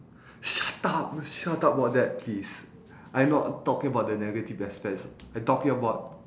shut up you shut up about that please I'm not talking about the negative aspects I'm talking about